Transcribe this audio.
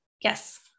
Yes